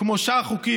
כמו שאר החוקים,